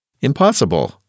Impossible